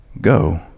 go